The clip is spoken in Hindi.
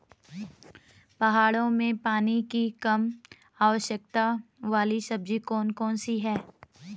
पहाड़ों में पानी की कम आवश्यकता वाली सब्जी कौन कौन सी हैं?